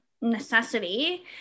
necessity